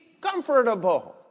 comfortable